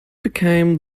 became